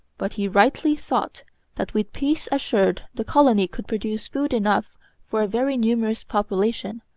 but he rightly thought that with peace assured the colony could produce food enough for a very numerous population,